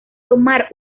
tomar